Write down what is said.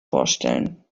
vorstellen